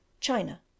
China